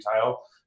tile